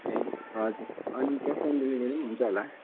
ए हजुर अनि cash on delivery पनि हुन्छ होला